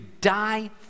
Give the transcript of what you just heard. die